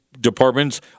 departments